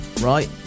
right